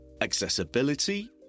Accessibility